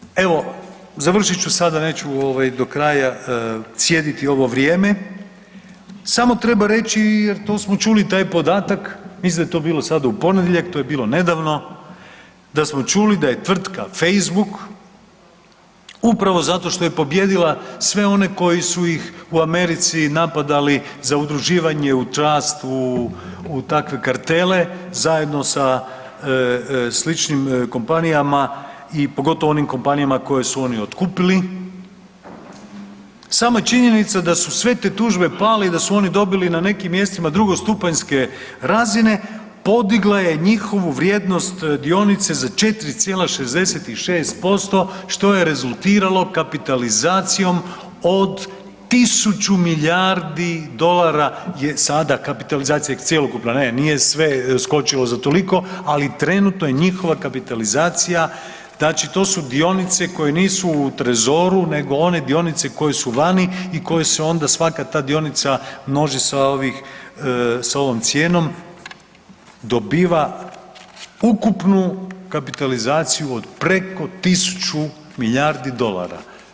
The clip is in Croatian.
Međutim, evo, završit ću sada, neću do kraja cijediti ovo vrijeme, samo treba reći jer to smo čuli, taj podatak, mislim da je to bilo sad u ponedjeljak, to je bilo nedavno, da smo čuli da je tvrtka Facebook upravo zato što je pobijedila sve one koji su ih u Americi napadali za udruživanje u trust, u takve kartele, zajedno sa sličnim kompanijama i pogotovo onim kompanijama koje su oni otkupili, sama činjenica da su sve te tužbe pale i da su oni dobili na nekim mjestima drugostupanjske razine, podigla je njihovu vrijednost dionice za 4,66%, što je rezultiralo kapitalizacijom od 1000 milijardi dolara je sada kapitalizacija, cjelokupna, ne, nije sve skočilo za toliko, ali trenutno je njihova kapitalizacija, znači to su dionice koje nisu u trezoru nego one dionice koje su vani i koje se onda, svaka ta dionica množi sa ovih, sa ovom cijenom, dobiva ukupnu kapitalizaciju od preko 1000 milijardi dolara.